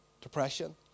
depression